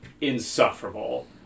insufferable